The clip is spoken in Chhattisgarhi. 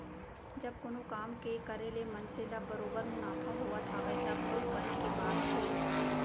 जब कोनो काम के करे ले मनसे ल बरोबर मुनाफा होवत हावय तब तो बने के बात हे